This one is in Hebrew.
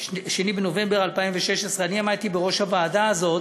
2 בנובמבר 2016. אני עמדתי בראש הוועדה הזאת,